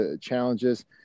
challenges